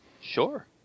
Sure